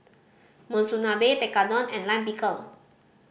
Monsunabe Tekkadon and Lime Pickle